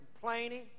complaining